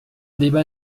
débat